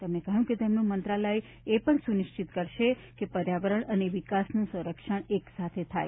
તેમણે કહ્યું કે તેમનું મંત્રાલય એ પણ સુનિશ્ચિત કરશે કે પર્યાવરણ અને વિકાસનું સંરક્ષણ એક સાથે થાય